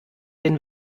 den